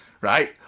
Right